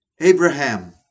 Abraham